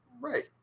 Right